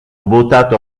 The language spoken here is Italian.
votato